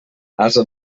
ase